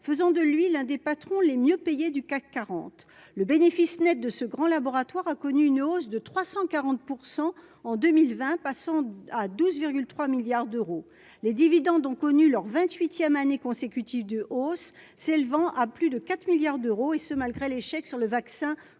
faisant de lui l'un des patrons les mieux payés du CAC 40 le bénéfice Net de ce grand laboratoire a connu une hausse de 340 pour 100 en 2020, passant à 12,3 milliards d'euros les dividendes ont connu leur 28ème année consécutive de hausse, s'élevant à plus de 4 milliards d'euros, et ce malgré l'échec sur le vaccin contre